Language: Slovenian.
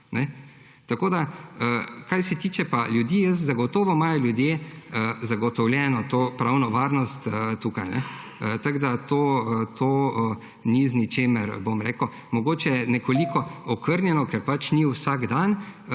vprašam. Kar se tiče pa ljudi, zagotovo imajo ljudje zagotovljeno to pravno varnost tukaj. Tako da, to ni z ničemer… Mogoče je nekoliko okrnjeno, ker ni vsak dan,